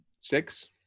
Six